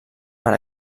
per